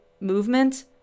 movement